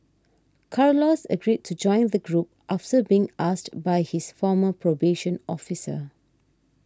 Carlos agreed to join the group after being asked by his former probation officer